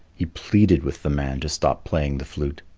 he pleaded with the man to stop playing the flute.